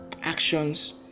Actions